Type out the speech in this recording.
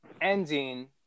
ending